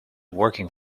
working